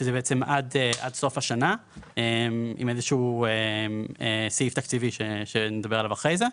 שזה בעצם עד סוף השנה עם איזשהו סעיף תקציבי שנדבר עליו אחרי זה,